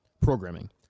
programming